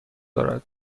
دارد